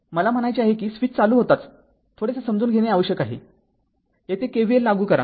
मला म्हणायचे आहे की स्विच चालू होताच थोडेसे समजून घेणे आवश्यक आहे येथे KVL लागू करा